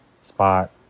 spot